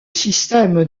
système